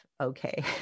Okay